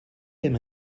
him